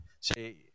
say –